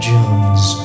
Jones